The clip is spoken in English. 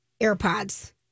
AirPods